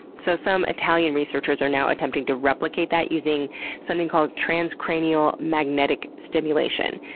so some italian researchers are now attempting to replicate that using something called transcranial magnetic stimulation,